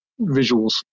visuals